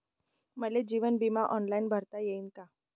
मले जीवन बिमा ऑनलाईन भरता येईन का?